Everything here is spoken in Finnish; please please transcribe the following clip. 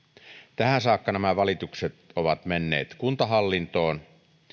tähän saakka nämä valitukset ovat menneet kuntahallintoon